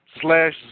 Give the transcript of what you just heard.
slash